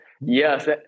Yes